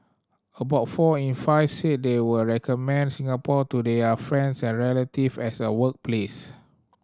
about four in five said they would recommend Singapore to their friends and relative as a workplace